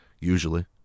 usually